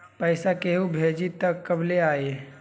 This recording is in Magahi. पैसा केहु भेजी त कब ले आई?